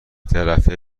طرفه